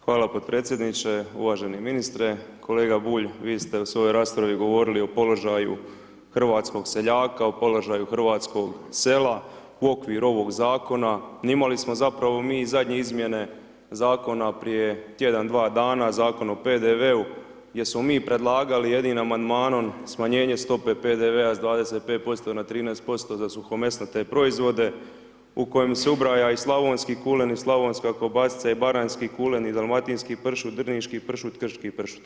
Hvala podpredsjedniče, uvaženi ministre, kolega Bulj vi ste u svojoj raspravi govorili o položaju hrvatskog seljaka, o položaju hrvatskog sela u okviru ovog zakona imali smo zapravo mi i zadnje izmjene zakona prije tjedan, dva dana Zakona o PDV-u gdje smo mi predlagali jedinim amandmanom smanjenje stope PDV-a s 25% na 13% za suhomesnate proizvode u kojem se ubraja i slavonski kulen i slavonska kobasica i baranjski kulen i dalmatinski pršut, drniški pršut, krški pršut.